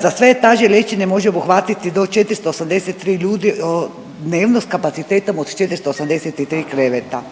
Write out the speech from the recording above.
Za sve etaže liječenje može obuhvatiti do 483 ljudi dnevno s kapacitetom od 483 kreveta.